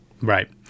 right